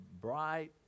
bright